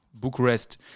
Bucharest